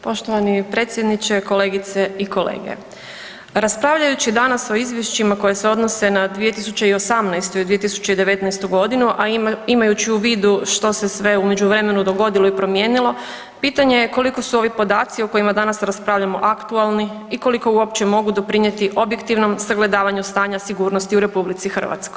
Poštovani predsjedniče, kolegice i kolege, pa raspravljajući danas o izvješćima koja se odnose na 2018. i 2019. godinu, a imajući u vidu što se sve u međuvremenu dogodilo i promijenilo pitanje je koliko su ovi podaci o kojima danas raspravljamo aktualni i koliko uopće mogu doprinijeti objektivnom sagledavanju stanja sigurnosti u RH.